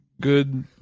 good